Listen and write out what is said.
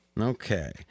Okay